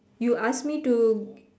you ask me to